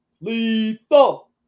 Lethal